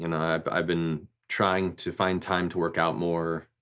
and i've i've been trying to find time to workout more.